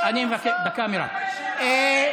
איך תצביעי,